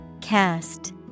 Cast